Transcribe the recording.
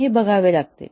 हे बघावे लागते